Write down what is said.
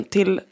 Till